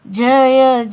jaya